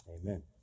Amen